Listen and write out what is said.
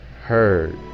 heard